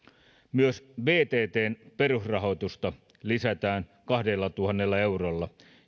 myös vttn perusrahoitusta lisätään kahdellatuhannella eurolla